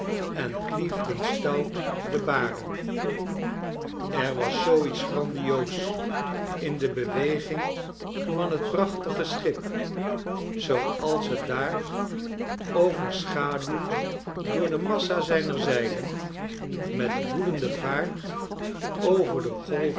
en kliefden stout de baren er was zoo iets grandioos in de beweging van j t prachtige schip zooals het daar overschaduwd door de massa zijner zeilen met woedende vaart over de golven